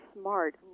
smart